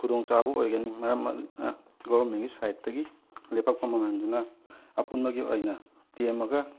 ꯈꯨꯗꯣꯡꯆꯥꯕ ꯑꯣꯏꯒꯅꯤ ꯃꯔꯝ ꯑꯗꯨꯅ ꯒꯣꯕꯔꯃꯦꯟꯒꯤ ꯁꯥꯏꯠꯇꯒꯤ ꯂꯦꯞꯄꯛꯄ ꯃꯃꯟꯗꯨꯅ ꯑꯄꯨꯟꯕꯒꯤ ꯑꯣꯏꯅ ꯇꯦꯝꯃꯒ